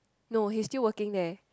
no he's still working there